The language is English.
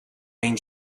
main